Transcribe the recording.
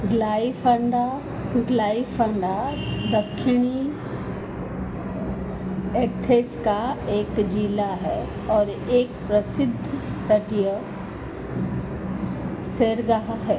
Glyfada Glyfada दक्षिणी Athens का एक ज़िला है और एक प्रसिद्ध तटीय सैरगाह है